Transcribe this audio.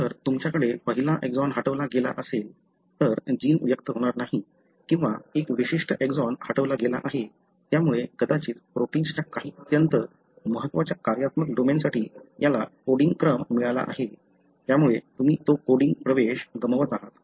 जर तुमच्याकडे पहिला एक्सॉन हटवला गेला असेल तर जीन व्यक्त होणार नाही किंवा एक विशिष्ट एक्सॉन हटवला गेला आहे त्यामुळे कदाचित प्रोटिन्सच्या काही अत्यंत महत्त्वाच्या कार्यात्मक डोमेनसाठी याला कोडींग क्रम मिळाला आहे त्यामुळे तुम्ही तो कोडिंग प्रदेश गमवत आहात